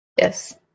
Yes